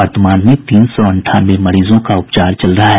वर्तमान में तीन सौ अंठानवे मरीजों का उपचार चल रहा है